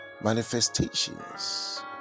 manifestations